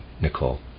Nicole